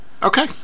Okay